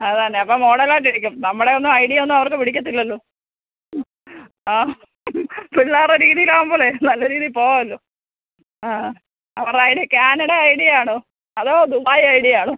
അത് തന്നെ അപ്പം മോഡലായിട്ടിരിക്കും നമ്മളെ ഒന്നും ഐഡിയൊന്നും അവർക്ക് പിടിക്കത്തില്ലല്ലോ ആ പിള്ളാരെ രീതീലാവുമ്പോൾ നല്ല രീതീ പോവാല്ലോ ആ ആ അവറൈഡി കാനഡൈഡിയാണോ അതോ ദുബായൈഡിയാണോ